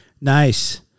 Nice